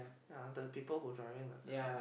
ya the people who driving the car